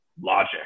logic